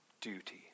duty